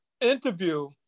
interview